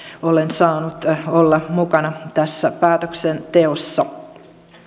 olen saanut olla mukana tässä päätöksenteossa